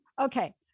Okay